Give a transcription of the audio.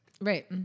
Right